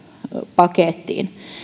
pakettiin